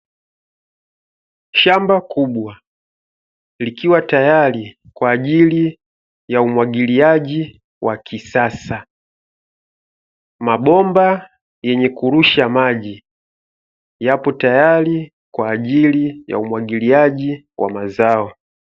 Shamba kubwa likiwa tayari kwa ajili ya umwagiliaji wa kisasa, mabomba yenye kurusha maji yapo tayari kwa ajili ya umwagiliaji wa mazao.